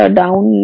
down